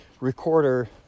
recorder